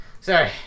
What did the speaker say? Sorry